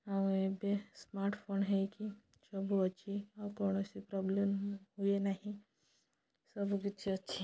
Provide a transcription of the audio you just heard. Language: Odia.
ଆଉ ଏବେ ସ୍ମାର୍ଟଫୋନ୍ ହେଇକି ସବୁ ଅଛି ଆଉ କୌଣସି ପ୍ରୋବ୍ଲେମ୍ ହୁଏ ନାହିଁ ସବୁ କିିଛି ଅଛି